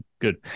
Good